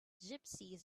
gypsies